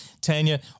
Tanya